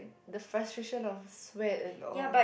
the frustration of sweat and all